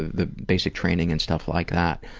the basic training and stuff like that?